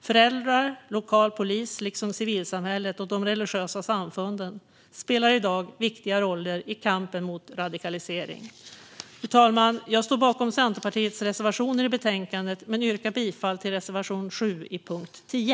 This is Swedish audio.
Föräldrar och lokal polis liksom civilsamhället och de religiösa samfunden spelar i dag viktiga roller i kampen mot radikalisering. Fru talman! Jag står bakom Centerpartiets reservationer i betänkandet men yrkar bifall endast till reservation 7 under punkt 10.